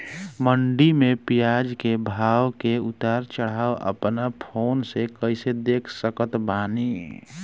मंडी मे प्याज के भाव के उतार चढ़ाव अपना फोन से कइसे देख सकत बानी?